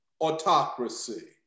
autocracy